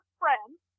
friends